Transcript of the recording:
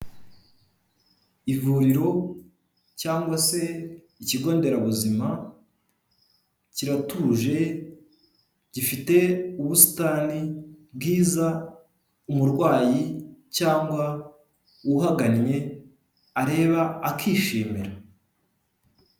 Ivuriro cyangwa se ikigonderabuzima, kiratuje gifite ubusitani bwiza umurwayi cyangwa uhagannye, areba akishimira.